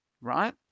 right